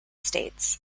states